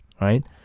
Right